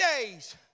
days